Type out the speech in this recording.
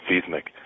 Seismic